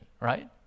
right